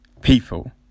people